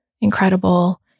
incredible